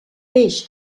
peix